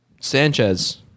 Sanchez